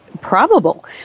probable